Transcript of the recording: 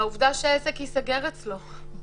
העובדה שעסק ייסגר אצלו.